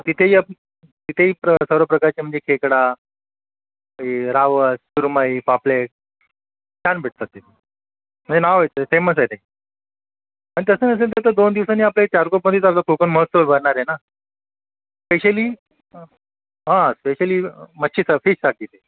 तिथेही आप तिथेही प्र सर्व प्रकारचे म्हणजे खेकडा हे रावस सुरमई पापलेट छान भेटतात तिथे म्हणजे नाव आहे तिथे फेमस आहे ते पण तसं नसेल तर दोन दिवसानी आपल्या या चारकोपमध्येच आता कोकण महोत्सव भरणार आहे ना स्पेशली हां स्पेशली मच्छी सा फिशसाठी